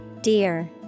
Dear